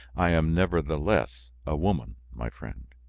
i am, nevertheless, a woman, my friend.